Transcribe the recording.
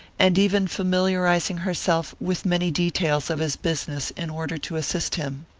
and even familiarizing herself with many details of his business in order to assist him.